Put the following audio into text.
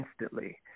instantly